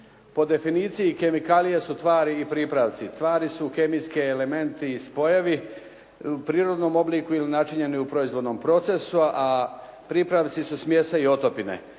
Po definiciji kemikalije su tvari i pripravci. Tvari su kemijski elementi i spojevi u prirodnom obliku ili načinjeni u proizvodnom procesu a pripravci su smjese i otopine.